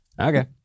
Okay